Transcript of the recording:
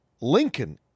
Lincoln